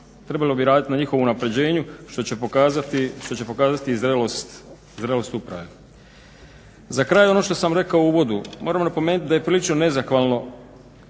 trebalo raditi na njihovom unapređenju što će pokazati zrelost uprave. Za kraj ono što sam rekao u uvodu, moram napomenuti da je prilično nezahvalno